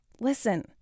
listen